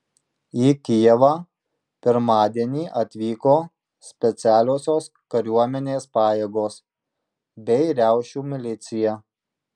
į kijevą pirmadienį atvyko specialiosios kariuomenės pajėgos bei riaušių milicija